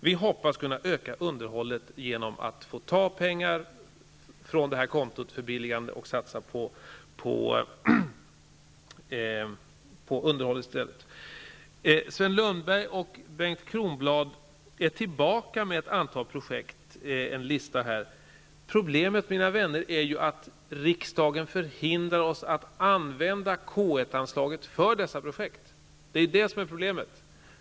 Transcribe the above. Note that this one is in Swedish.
Vi hoppas kunna öka underhållet genom att få ta pengar från det här kontot och satsa på underhåll i stället. Sven Lundberg och Bengt Kronblad kom tillbaka med en lista på ett antal projekt. Problemet, mina vänner, är att riksdagen förhindrar oss att använda anslaget K1 för dessa projekt.